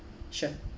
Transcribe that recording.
sure